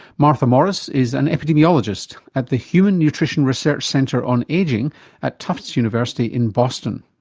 martha morris is an epidemiologist at the human nutrition research center on ageing at tufts university in boston.